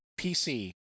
pc